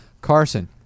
Carson